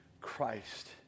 Christ